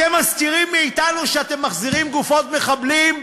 אתם מסתירים מאתנו שאתם מחזירים גופות מחבלים?